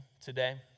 today